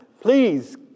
please